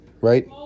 right